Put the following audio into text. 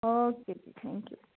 okay ਜੀ thank you